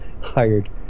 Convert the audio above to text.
hired